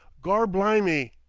gorblimy!